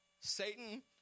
Satan